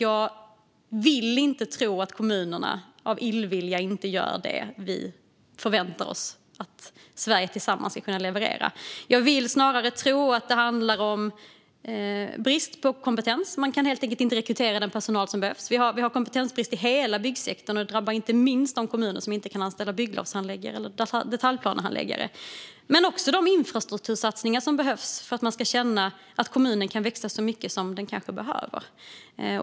Jag vill inte tro att kommunerna av illvilja inte gör det vi förväntar oss att vi i Sverige tillsammans ska kunna leverera. Jag vill snarare tro att det handlar om brist på kompetens - man kan helt enkelt inte rekrytera den personal som behövs. Vi har kompetensbrist i hela byggsektorn, och det drabbar inte minst de kommuner som inte kan anställa bygglovshandläggare eller detaljplanehandläggare men också de infrastruktursatsningar som behövs för att man ska känna att kommunen kan växa så mycket som den kanske behöver.